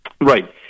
Right